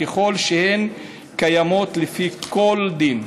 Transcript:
ככל שהן קיימות לפי כל דין.